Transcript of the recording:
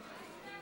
למה להצביע נגד?